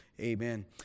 Amen